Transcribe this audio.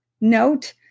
note